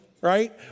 right